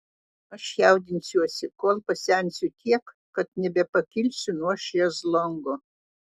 aš jaudinsiuosi kol pasensiu tiek kad nebepakilsiu nuo šezlongo